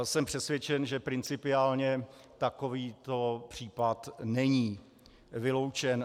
Jsem přesvědčen, že principiálně takovýto případ není vyloučen.